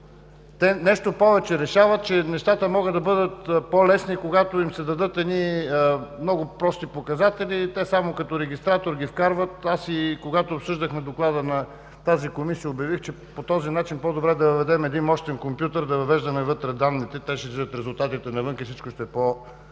Нещо повече – решават, че нещата могат да бъдат полезни, когато им се дадат много прости показатели и те само като регистратор ги вкарват. Когато обсъждахме доклада на тази Комисия, аз обявих, че по този начин е по-добре да въведем един мощен компютър, да въвеждаме вътре данните, ще излизат резултатите навън и всичко даже ще